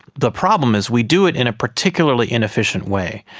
the problem is we do it in a particularly inefficient way.